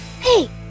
Hey